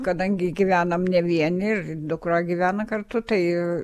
kadangi gyvenam ne vieni ir dukra gyvena kartu tai